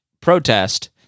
protest